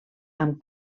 amb